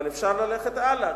אבל אפשר ללכת הלאה,